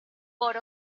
por